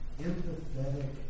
empathetic